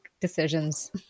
decisions